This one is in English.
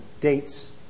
dates